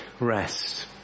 rest